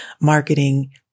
marketing